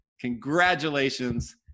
Congratulations